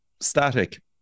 static